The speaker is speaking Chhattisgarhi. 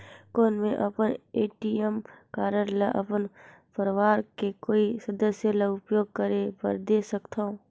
कौन मैं अपन ए.टी.एम कारड ल अपन परवार के कोई सदस्य ल उपयोग करे बर दे सकथव?